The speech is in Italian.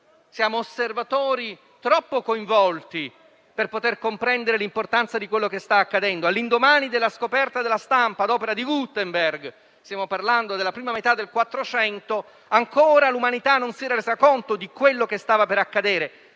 siamo osservatori troppo coinvolti per poter comprendere l'importanza di quello che sta accadendo. All'indomani della scoperta della stampa ad opera di Gutenberg - stiamo parlando della prima metà del Quattrocento - ancora l'umanità non si era resa conto di quello che stava per accadere;